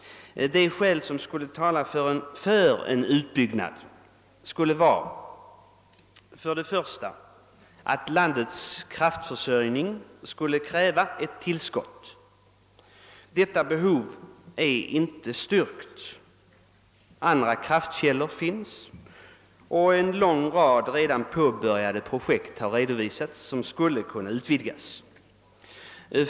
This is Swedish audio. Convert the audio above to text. Det första av de skäl som talar för en utbyggnad skulle vara att landets kraftförsörjning skulle kräva ett tillskott. Detta behov är inte styrkt. Andra kraftkällor finns, och en lång rad redan påbörjade projekt har påvisats som skulle kunna utvidgas.